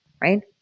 right